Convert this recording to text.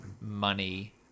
money